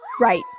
Right